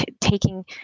taking